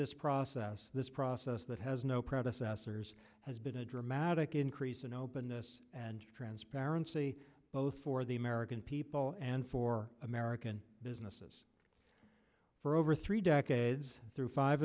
this process this process that has no predecessors has been a dramatic increase in openness and transparency both for the american people and for american businesses for over three decades through five